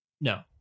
No